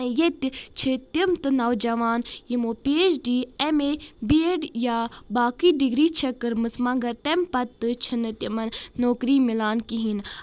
ییٚتہِ چھِ تِم تہِ نوجوان یِمو P H D M A B Ed یا باقٕے ڈگری چھ کٔرمٕژ مگر تمہِ پتہٕ تہِ چھِنہٕ تِمن نوکٔری مِلان کہیٖنۍ